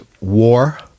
War